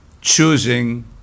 choosing